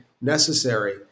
necessary